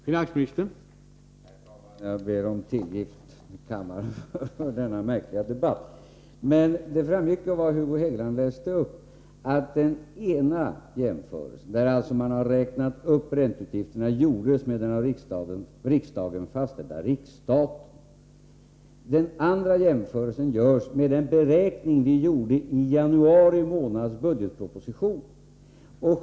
Herr talman! Jag ber om tillgift av kammaren för denna märkliga debatt. Det framgick ju av vad Hugo Hegeland läste upp, att den ena jämförelsen — där man alltså har räknat upp ränteutgifterna— gjordes med den av riksdagen fastställda riksstaten. Den andra jämförelsen görs med den beräkning vi gjorde i januari månads budgetproposition.